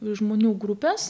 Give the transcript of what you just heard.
žmonių grupės